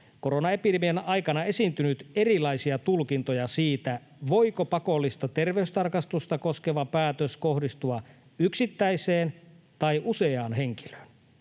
koronaepidemian aikana esiintynyt erilaisia tulkintoja siitä, voiko pakollista terveystarkastusta koskeva päätös kohdistua yksittäiseen tai useaan henkilöön.